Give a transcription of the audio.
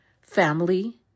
family